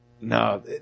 No